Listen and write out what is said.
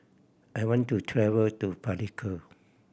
I want to travel to Palikir